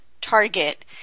target